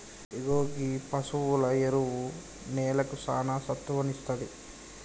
ఇగో గీ పసువుల ఎరువు నేలకి సానా సత్తువను ఇస్తాది